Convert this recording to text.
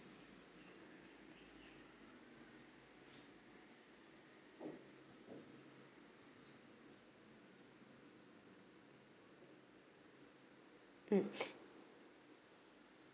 mm